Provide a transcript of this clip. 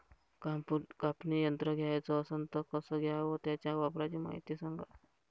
कापनी यंत्र घ्याचं असन त कस घ्याव? त्याच्या वापराची मायती सांगा